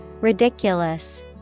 Ridiculous